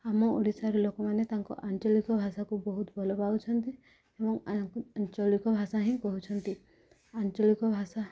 ଆମ ଓଡ଼ିଶାର ଲୋକମାନେ ତାଙ୍କ ଆଞ୍ଚଳିକ ଭାଷାକୁ ବହୁତ ଭଲ ପାଉଛନ୍ତି ଏବଂ ଆଞ୍ଚଳିକ ଭାଷା ହିଁ କହୁଛନ୍ତି ଆଞ୍ଚଳିକ ଭାଷା